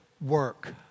work